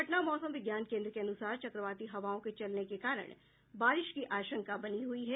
पटना मौसम विज्ञान केन्द्र के अनुसार चक्रवाती हवाओं के चलने के कारण बारिश की आशंका बनी हुई है